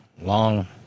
long